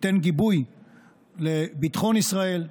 תיתן גיבוי לביטחון ישראל,